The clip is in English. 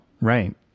Right